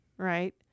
Right